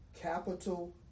capital